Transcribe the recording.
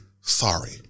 Sorry